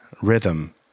rhythm